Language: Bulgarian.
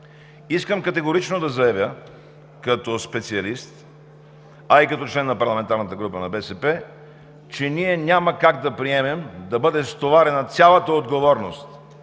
Искам категорично да заявя като специалист, а и като член на парламентарната група на „БСП за България“, че ние няма как да приемем да бъде стоварена цялата отговорност